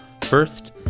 First